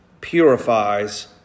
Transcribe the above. purifies